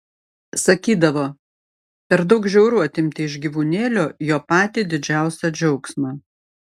sakydavo per daug žiauru atimti iš gyvūnėlio jo patį didžiausią džiaugsmą